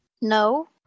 no